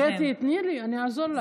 קטי, תני לי, אני אעזור לך.